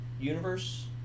universe